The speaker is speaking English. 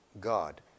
God